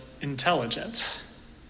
intelligence